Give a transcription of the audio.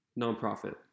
Nonprofit